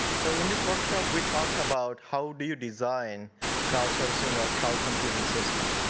so in this workshop, we talked about how do you design crowdsourcing or crowd computing system.